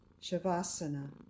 Shavasana